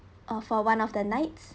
uh for one of the nights